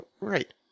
right